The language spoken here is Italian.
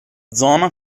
zona